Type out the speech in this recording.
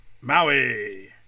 Maui